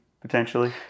potentially